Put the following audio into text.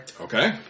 Okay